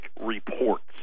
Reports